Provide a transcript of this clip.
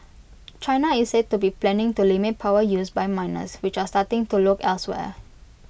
China is said to be planning to limit power use by miners which are starting to look elsewhere